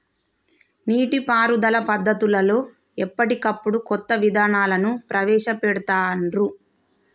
నీటి పారుదల పద్దతులలో ఎప్పటికప్పుడు కొత్త విధానాలను ప్రవేశ పెడుతాన్రు